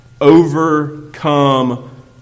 overcome